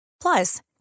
Plus